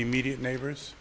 immediate neighbors